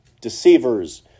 deceivers